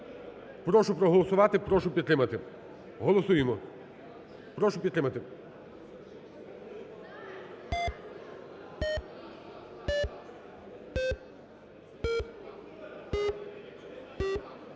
Прошу проголосувати, прошу підтримати. Голосуємо, прошу підтримати.